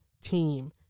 team